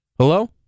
hello